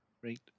Great